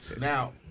Now